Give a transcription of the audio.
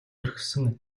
орхисон